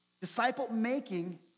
Disciple-making